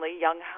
young